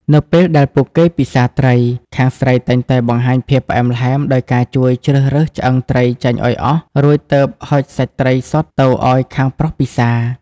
នៅពេលដែលពួកគេពិសារត្រី ខាងស្រីតែងតែបង្ហាញភាពផ្អែមល្ហែមដោយការជួយជ្រើសរើសឆ្អឹងត្រីចេញឱ្យអស់ រួចទើបហុចសាច់ត្រីសុទ្ធទៅឱ្យខាងប្រុសពិសារ។